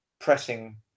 pressing